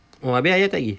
oh habis ayah tak pergi